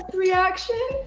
reaction.